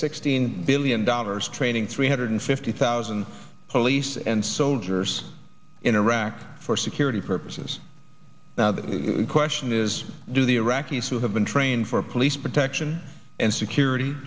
sixteen billion dollars training three hundred fifty thousand police and soldiers in iraq for security purposes now the question is do the iraqis who have been trained for police protection and security